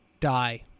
die